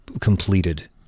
completed